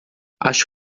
acho